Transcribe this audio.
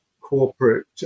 corporate